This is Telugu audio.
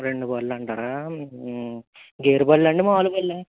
రెండు బళ్ళు అంటారా గేర్ బళ్ళా అండి మామూలు బళ్ళు